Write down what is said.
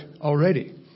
already